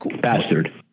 Bastard